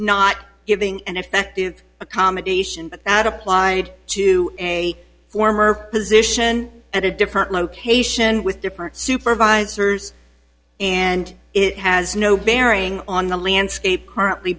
not giving an effective accommodation but that applied to a former position at a different location with different supervisors and it has no bearing on the landscape currently